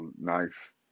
nice